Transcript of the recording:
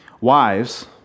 Wives